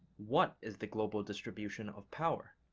what is the global distribution of power?